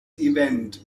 event